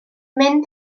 mynd